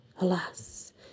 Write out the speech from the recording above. alas